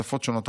שפות שונות,